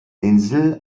insel